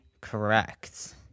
correct